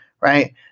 right